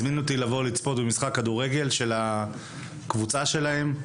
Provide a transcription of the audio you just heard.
חודשים הוא הזמין אותי לצפות במשחק כדורגל של הקבוצה שלהם.